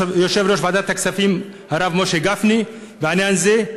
ועדת הכספים הרב משה גפני בעניין הזה.